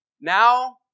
now